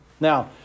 Now